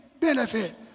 benefit